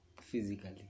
physically